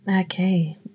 Okay